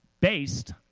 based